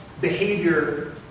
behavior